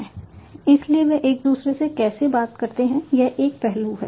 इसलिए वे एक दूसरे से कैसे बात करते हैं यह एक पहलू है